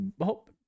hope